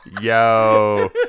Yo